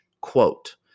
quote